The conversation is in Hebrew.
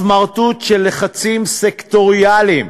הסמרטוט של לחצים סקטוריאליים,